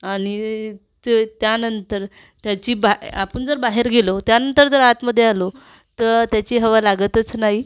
आणि त त्यानंतर त्याची बा आपण जर बाहेर गेलो त्यानंतर जर आतमध्ये आलो तर त्याची हवा लागतच नाही